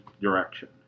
direction